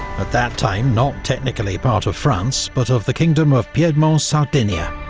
at that time not technically part of france, but of the kingdom of piedmont-sardinia.